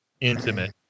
intimate